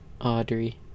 Audrey